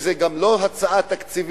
זאת גם לא הצעה תקציבית,